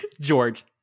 George